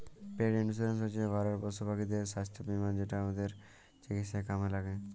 পেট insurance হচ্যে ঘরের পশুপাখিদের সাস্থ বীমা যেটা ওদের চিকিৎসায় কামে ল্যাগে